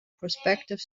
prospective